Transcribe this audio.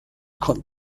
con